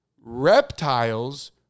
reptiles